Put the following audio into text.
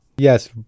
Yes